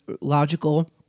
logical